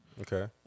Okay